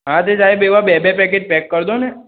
હા તે સાહેબ એવાં બે બે પેકેટ પેક કરી દો ને